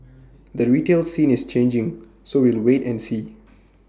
the retail scene is changing so we'll wait and see